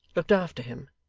looked after him,